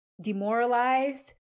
demoralized